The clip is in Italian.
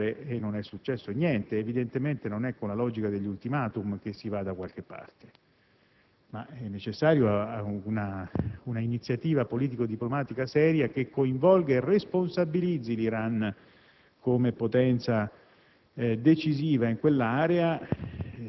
siamo al 9 novembre e non è successo nulla. Evidentemente non è con la logica degli *ultimatum* che si va da qualche parte. Serve un'iniziativa politico-diplomatica serie che coinvolga e responsabilizzi l'Iran come potenza decisiva